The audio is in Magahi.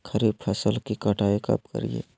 खरीफ फसल की कटाई कब करिये?